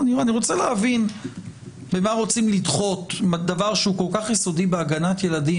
היא לא זכות מהותית לנפגע העבירה,